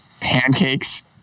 pancakes